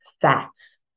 fats